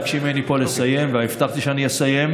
מבקשים ממני פה לסיים, והבטחתי שאני אסיים.